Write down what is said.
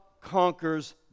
conquers